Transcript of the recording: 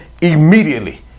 immediately